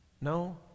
No